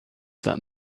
that